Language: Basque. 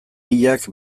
hilak